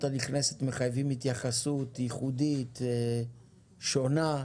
תיירות נכנסת מחייבים התייחסות ייחודית שונה.